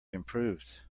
improved